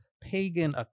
pagan